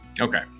Okay